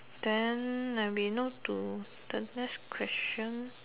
then maybe not to the next question